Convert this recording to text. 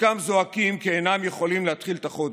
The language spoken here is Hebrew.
חלקם זועקים כי אינם יכולים להתחיל את החודש.